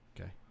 Okay